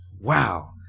Wow